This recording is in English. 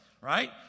right